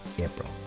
April